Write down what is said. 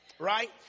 right